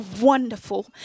wonderful